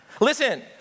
Listen